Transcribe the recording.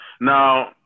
Now